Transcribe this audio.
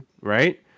Right